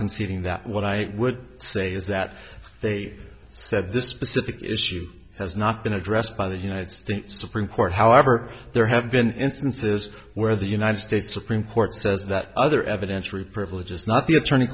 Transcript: conceding that what i would say is that they said this specific issue has not been addressed by the united states supreme court however there have been instances where the united states supreme court says that other evidentiary privileges not the attorney